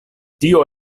tio